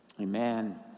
Amen